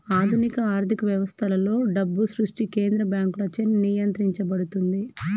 ఆధునిక ఆర్థిక వ్యవస్థలలో, డబ్బు సృష్టి కేంద్ర బ్యాంకులచే నియంత్రించబడుతుంది